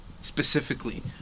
Specifically